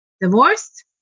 divorced